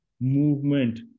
movement